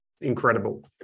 incredible